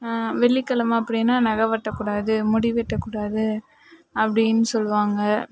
வெள்ளிக்கிழம அப்படினா நகம் வெட்டக்கூடாது முடி வெட்டக்கூடாது அப்படின்னு சொல்வாங்க